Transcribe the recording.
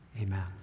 amen